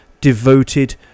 devoted